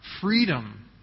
freedom